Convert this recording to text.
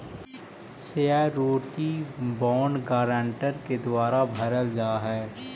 surety bond guarantor के द्वारा भरल जा हइ